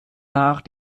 nach